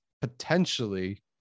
potentially